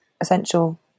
essential